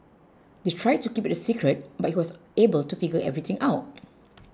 they tried to keep it a secret but he was able to figure everything out